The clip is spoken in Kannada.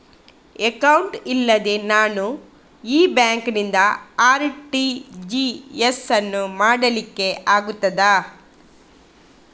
ಅಕೌಂಟ್ ಇಲ್ಲದೆ ನಾನು ಈ ಬ್ಯಾಂಕ್ ನಿಂದ ಆರ್.ಟಿ.ಜಿ.ಎಸ್ ಯನ್ನು ಮಾಡ್ಲಿಕೆ ಆಗುತ್ತದ?